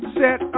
set